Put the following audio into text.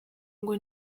ngo